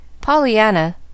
Pollyanna